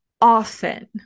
often